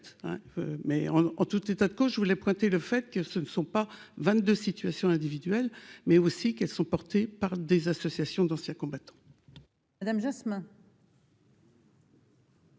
mais en tout état de cause, je voulais pointer le fait que ce ne sont pas 22 situation individuelle mais aussi qu'elles sont portées par des associations d'anciens combattants.